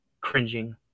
cringing